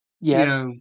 Yes